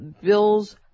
Bill's